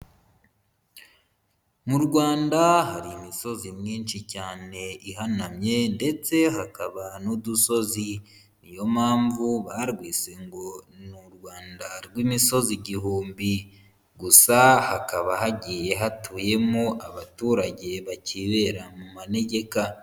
Mu Rwanda hari imisozi myinshi cyane ihanamye ndetse hakaba n'udusozi, ni yo mpamvu barwise ngo ni u Rwanda rw'imisozi igihumbi, gusa hakaba hagiye hatuyemo abaturage bakibera mu manegeka.